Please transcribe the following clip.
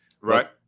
Right